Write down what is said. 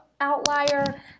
outlier